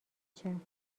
بچم